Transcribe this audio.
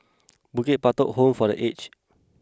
Bukit Batok Home for The Aged